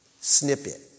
snippet